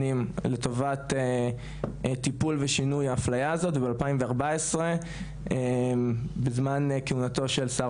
שנים לטובת טיפול ושינוי האפליה הזאת וב-2014 בזמן כהונתו של שר